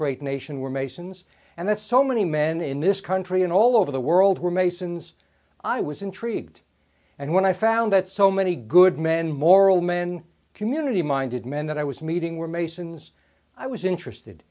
great nation were masons and that so many men in this country and all over the world were masons i was intrigued and when i found that so many good men moral men community minded men that i was meeting were masons i was interested